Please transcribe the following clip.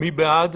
מי בעד?